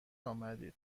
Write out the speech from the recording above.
آمدید